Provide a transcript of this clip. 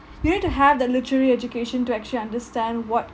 you need to have the literate education to actually understand what kind